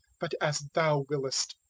but as thou willest.